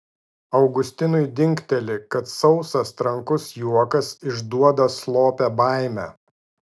augustinui dingteli kad sausas trankus juokas išduoda slopią baimę